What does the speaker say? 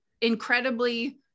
incredibly